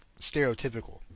stereotypical